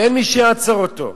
ואין מי שיעצור אותו.